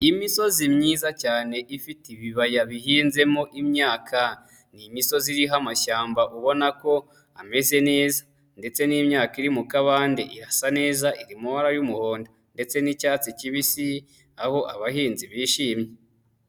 Imisozi myiza cyane ifite ibibaya bihinzemo imyaka, ni imisozi iriho amashyamba ubona ko ameze neza, ndetse n'imyaka iri mu kabande irasa neza iri mu mabara y'umuhondo ndetse n'icyatsi kibisi, aho abahinzi bishimye.